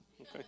okay